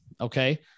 okay